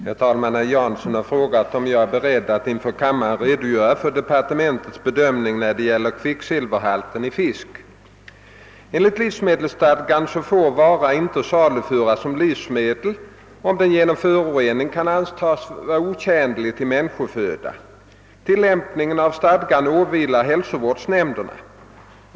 Herr talman! Herr Jansson har frågat om jag är beredd att inför kammaren redogöra för departementets bedömning när det gäller kvicksilverhalten i fisk. Enligt livsmedelsstadgan får vara inte saluhållas som livsmedel, om den genom förorening kan antagas vara otjänlig till människoföda. Tillämpningen av stadgan åvilar hälsovårdsnämnderna.